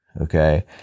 okay